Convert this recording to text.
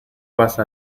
pasa